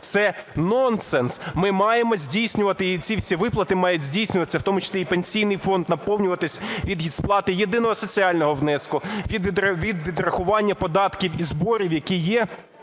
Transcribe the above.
Це нонсенс. Ми маємо здійснювати, і ці всі виплати мають здійснюватися, у тому числі і Пенсійний фонд наповнюватися від сплати єдиного соціального внеску, від відрахування податків і зборів, які є,